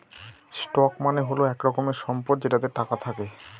stock মানে হল এক রকমের সম্পদ যেটাতে টাকা থাকে